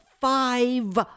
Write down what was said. five